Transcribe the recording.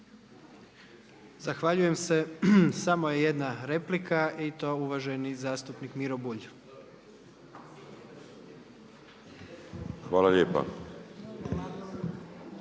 Zahvaljujem se. Samo je jedna replika i to uvaženi zastupnik Miro Bulj. **Bulj,